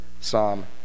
psalm